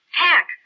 pack